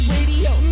Radio